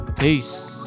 Peace